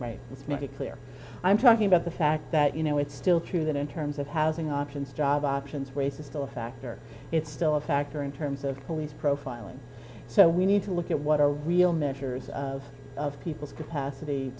it clear i'm talking about the fact that you know it's still true that in terms of housing options job options race is still a factor it's still a factor in terms of police profiling so we need to look at what are real measures of of people's capacity